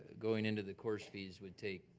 going into the course fees would take